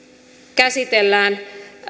käsitellään